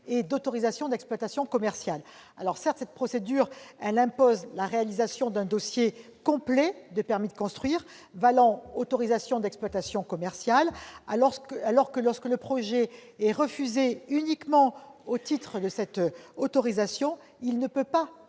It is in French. et d'autorisation d'exploitation commerciale. Certes, cette procédure impose la réalisation d'un dossier complet de permis de construire valant autorisation d'exploitation commerciale, mais lorsque le projet est refusé uniquement au titre de cette autorisation, il ne peut pas